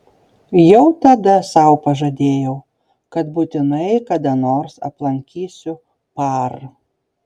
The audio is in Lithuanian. jau tada sau pažadėjau kad būtinai kada nors aplankysiu par